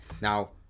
Now